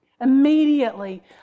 Immediately